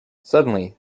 suddenly